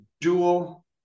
dual